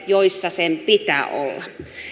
joissa sen pitää olla